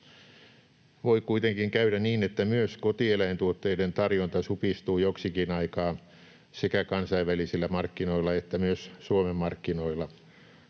Voi kuitenkin käydä niin, että myös kotieläintuotteiden tarjonta supistuu joksikin aikaa sekä kansainvälisillä markkinoilla että myös Suomen markkinoilla.